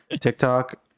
TikTok